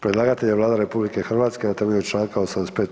Predlagatelj je Vlada RH na temelju Članka 85.